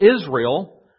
Israel